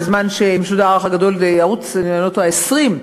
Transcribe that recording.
בזמן שמשודר "האח הגדול" נדמה לי בערוץ 20,